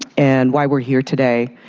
and why we're here today